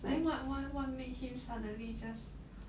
then what what what make him suddenly just